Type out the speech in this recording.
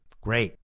Great